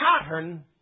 pattern